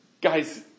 Guys